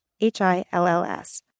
h-i-l-l-s